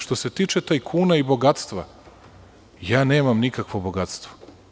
Što se tiče tajkuna i bogatstva, ja nemam nikakvo bogatstvo.